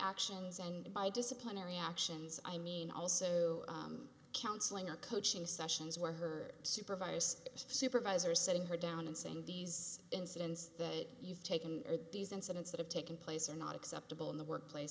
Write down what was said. actions and by disciplinary actions i mean also who counseling or coaching sessions where her supervisors supervisor setting her down and saying these incidents that you've taken or these incidents that have taken place are not acceptable in the workplace